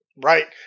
Right